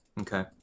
Okay